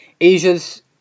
Asia's